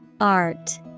Art